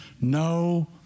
no